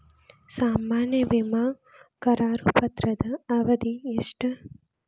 ಸಾಮಾನ್ಯ ವಿಮಾ ಕರಾರು ಪತ್ರದ ಅವಧಿ ಎಷ್ಟ?